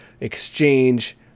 exchange